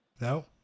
no